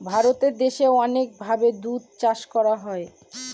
ভারত দেশে অনেক ভাবে দুধ চাষ করা হয়